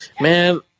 Man